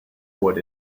what